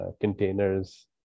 containers